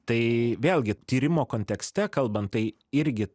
tai vėlgi tyrimo kontekste kalbant tai irgi